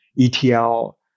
ETL